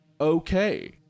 okay